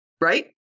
Right